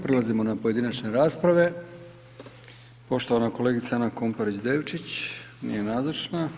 Prelazimo na pojedinačne rasprave, poštovana kolegica Ana Komparić Devćić, nije nazočna.